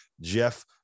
Jeff